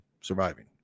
surviving